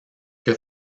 que